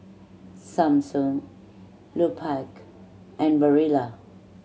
Samsung Lupark and Barilla